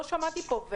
לא שמעתי פה,